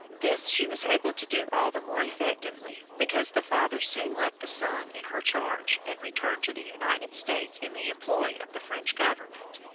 this she was able to do all the more effectively because the father soon left the son in her charge and returned to the united states in the employ of the french government,